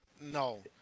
No